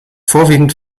vorwiegend